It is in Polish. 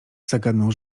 zagadnął